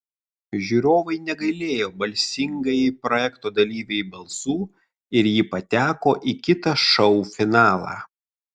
žiūrovai negailėjo balsingajai projekto dalyvei balsų ir ji pateko į kitą šou finalą